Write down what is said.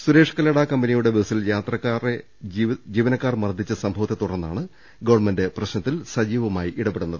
സുരേഷ് കല്ലട കമ്പനിയുടെ ബസ്റ്റിൽ യാത്രക്കാരെ ജീവനക്കാർ മർദ്ദിച്ച സംഭവത്തെത്തുടർന്നാണ് ഗവൺമെന്റ് പ്രശ്നത്തിൽ സജീവമായി ഇടപെടുന്നത്